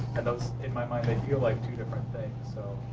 and those in my mind they feel like two different things. so